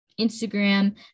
Instagram